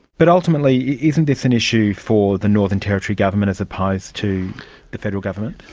but ultimately isn't this an issue for the northern territory government as opposed to the federal government?